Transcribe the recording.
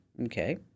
Okay